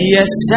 Yes